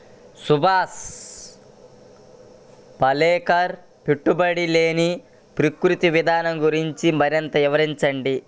సుభాష్ పాలేకర్ పెట్టుబడి లేని ప్రకృతి విధానం గురించి మరింత వివరించండి